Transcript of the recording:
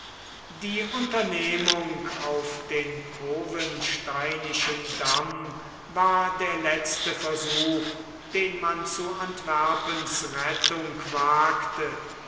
die unternehmung auf den cowensteinischen damm war der letzte versuch den man zu antwerpens rettung wagte